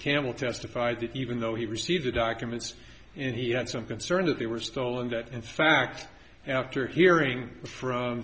campbell testified that even though he received the documents and he had some concern that they were stolen that in fact after hearing from